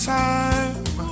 time